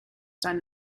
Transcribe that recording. done